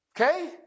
Okay